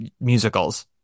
musicals